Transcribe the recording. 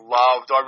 loved